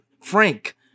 Frank